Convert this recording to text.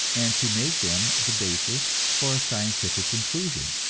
and to make them the basis for a scientific conclusion,